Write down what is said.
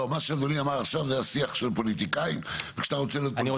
לא, לא.